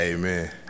Amen